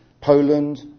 Poland